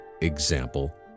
example